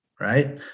right